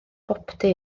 boptu